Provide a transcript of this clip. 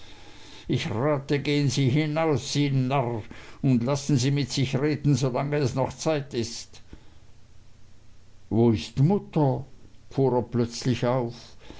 ich rate ihnen gehen sie hinaus sie narr und lassen sie mit sich reden solange es noch zeit ist wo ist mutter fuhr er plötzlich auf